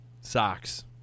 Socks